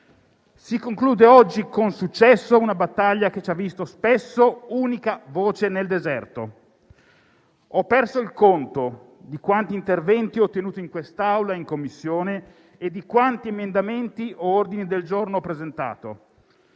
Si conclude oggi, con successo, una battaglia che ci ha visto, spesso, unica voce nel deserto. Ho perso il conto di quanti interventi ho tenuto in quest'Aula e in Commissione e di quanti emendamenti e ordini del giorno ho presentato.